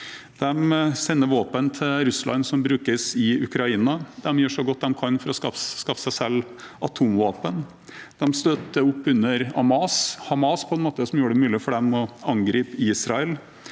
De sender våpen til Russland, som brukes i Ukraina. De gjør så godt de kan for å skaffe seg selv atomvåpen. De støtter opp under Hamas – på en måte som gjorde det mulig for dem å angripe Israel.